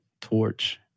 torch